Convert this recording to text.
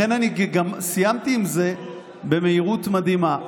לכן סיימתי עם זה במהירות מדהימה,